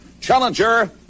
challenger